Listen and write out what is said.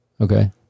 okay